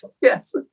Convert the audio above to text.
yes